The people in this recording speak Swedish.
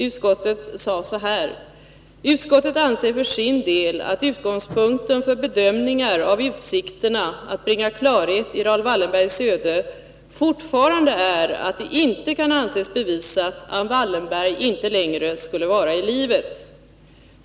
Utskottet sade så här: ”Utskottet anser för sin del att utgångspunkten för bedömningar av utsikterna att bringa klarhet i Raoul Wallenbergs öde fortfarande är att det inte kan anses bevisat att Wallenberg inte längre skulle vara i livet.